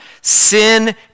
sin